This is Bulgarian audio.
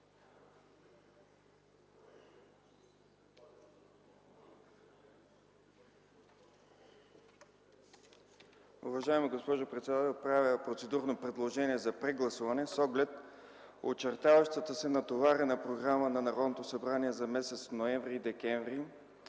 Уважаема госпожо председател, правя процедурно предложение за прегласуване, с оглед очертаващата се натоварена програма на Народното събрание за месеците ноември и декември,